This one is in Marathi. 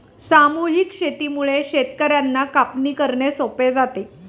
सामूहिक शेतीमुळे शेतकर्यांना कापणी करणे सोपे जाते